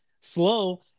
slow